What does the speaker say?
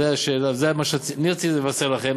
זה מה שרציתי לבשר לכם.